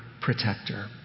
protector